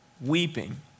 weeping